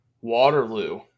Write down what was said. Waterloo